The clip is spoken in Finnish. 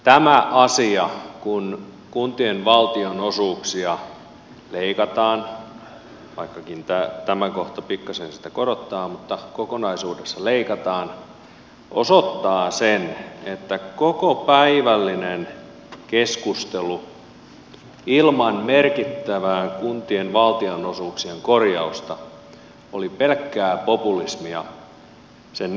tämä asia kun kuntien valtionosuuksia leikataan vaikkakin tämä kohta pikkasen sitä korottaa mutta kokonaisuudessa leikataan osoittaa sen että koko päivällinen keskustelu ilman merkittävää kuntien valtionosuuksien korjausta oli pelkkää populismia sen negatiivisessa mielessä